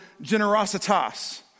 generositas